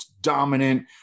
dominant